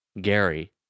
Gary